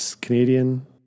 Canadian